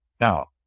Now